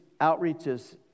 outreaches